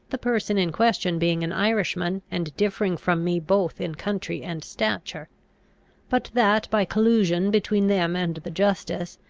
the person in question being an irishman, and differing from me both in country and stature but that, by collusion between them and the justice,